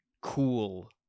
cool